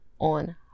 on